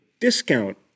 discount